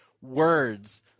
words